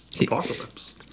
Apocalypse